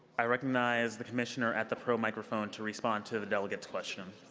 i recognize the commissioner at the pro microphone to respond to the delegate's question.